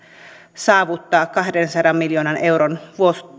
saavuttaa kahdensadan miljoonan euron